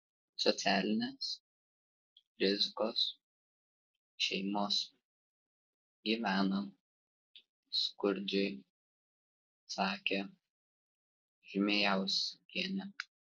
socialinės rizikos šeimos gyvena skurdžiai sakė žmėjauskienė